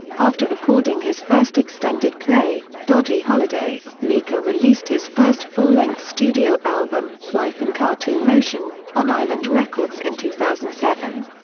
after recording his first extended play, dodgy holiday, mika released his first full-length studio album, life in cartoon motion, on island records in two thousand and seven.